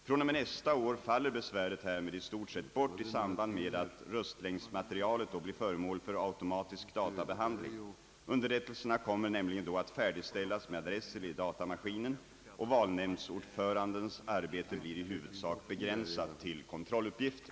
Från och med nästa år faller besväret härmed i stort sett bort i samband med att röstlängdsmaterialet då blir föremål för automatisk databehandling. Underrättelserna kommer nämligen då att färdigställas med adresser i datamaskinen och valnämndsordförandens arbete blir i huvudsak begränsat till kontrolluppgifter.